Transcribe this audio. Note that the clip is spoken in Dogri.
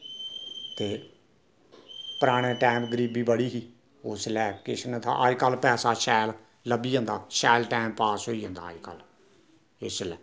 ते पराने टैम गरीबी बड़ी ही उसलै किश नेहा अजकल पैसा शैल लब्भी जंदा शैल टैम पास होई जंदा अज कल इसलै